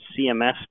CMS